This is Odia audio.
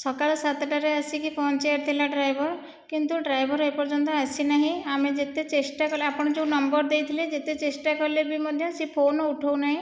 ସକାଳ ସାତଟାରେ ଆସିକି ପହଁଞ୍ଚିବାର ଥିଲା ଡ୍ରାଇଭର କିନ୍ତୁ ଡ୍ରାଇଭର ଏପର୍ଯ୍ୟନ୍ତ ଆସିନାହିଁ ଆମେ ଯେତେ ଚେଷ୍ଟା କଲେ ଆପଣ ଯେଉଁ ନମ୍ବର ଦେଇଥିଲେ ଯେତେ ଚେଷ୍ଟା କଲେ ବି ମଧ୍ୟ ସିଏ ଫୋନ ଉଠାଉ ନାହିଁ